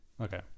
okay